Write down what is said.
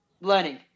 learning